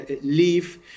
leave